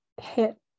hit